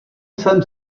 jsem